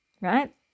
right